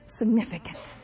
significant